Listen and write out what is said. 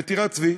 בטירת-צבי,